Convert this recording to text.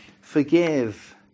forgive